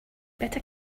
better